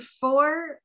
four